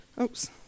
Oops